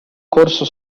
corso